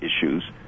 issues